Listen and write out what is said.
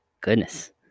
goodness